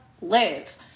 live